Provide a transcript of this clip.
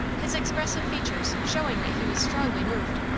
his expressive features showing that he was strongly moved.